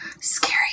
Scary